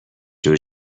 جور